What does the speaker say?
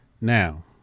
Now